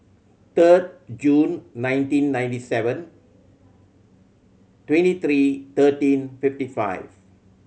third June nineteen ninety seven twenty three thirteen fifty five